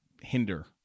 hinder